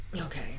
Okay